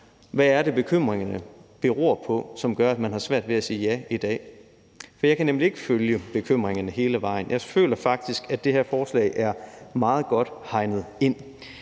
hvad det er, bekymringerne beror på, som gør, at man har svært ved at sige ja i dag, for jeg kan nemlig ikke følge bekymringerne hele vejen. Jeg føler faktisk, at det her forslag er meget godt hegnet ind,